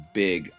big